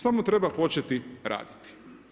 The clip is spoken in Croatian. Samo treba početi raditi.